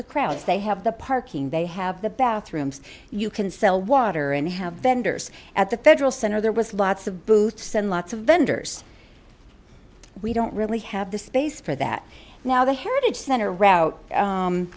the crowds they have the parking they have the bathrooms you can sell water and have vendors at the federal center there was lots of booths and lots of vendors we don't really have the space for that now the heritage